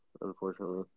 unfortunately